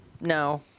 no